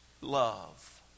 love